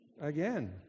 again